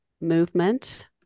movement